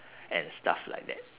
and stuff like that